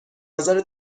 نظر